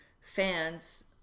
fans